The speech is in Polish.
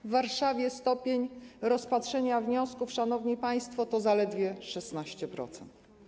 W Warszawie stopień rozpatrzenia wniosków, szanowni państwo, to zaledwie 16%.